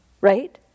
Right